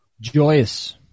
Joyous